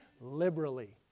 liberally